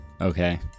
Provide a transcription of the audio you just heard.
Okay